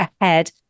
ahead